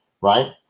right